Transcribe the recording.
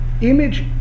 image